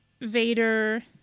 Vader